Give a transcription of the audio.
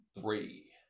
three